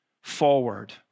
forward